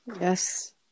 Yes